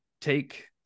take